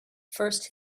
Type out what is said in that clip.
first